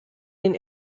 den